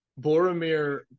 Boromir